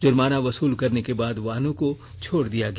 जुर्माना वसूल करने के बाद वाहनों को छोड़ दिया गया